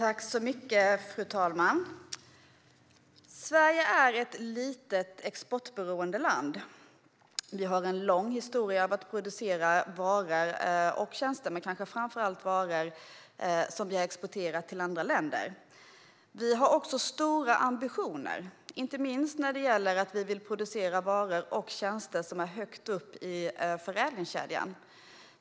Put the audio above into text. Fru talman! Sverige är ett litet, exportberoende land. Vi har en lång historia av att producera varor och tjänster, kanske framför allt varor, som vi exporterar till andra länder. Vi har också stora ambitioner, inte minst när det gäller att vilja producera varor och tjänster högt upp i förädlingskedjan.